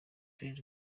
fred